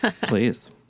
Please